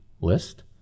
list